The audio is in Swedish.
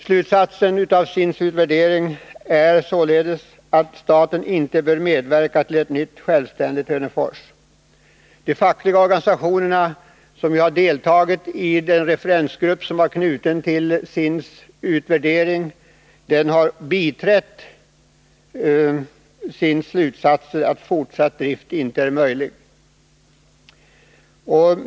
Slutsatsen av SIND:s utvärdering är således att staten inte bör medverka till ett nytt självständigt Hörnefors. De fackliga organisationerna, som deltagit i den referensgrupp som var knuten till SIND:s utvärdering, har biträtt SIND:s slutsats att fortsatt drift inte är möjlig.